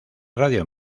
radio